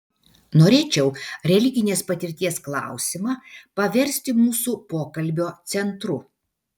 norėčiau religinės patirties klausimą paversti mūsų pokalbio centru